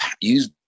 use